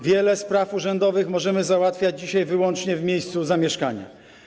Wiele spraw urzędowych możemy załatwiać dzisiaj wyłącznie w miejscu zamieszkania.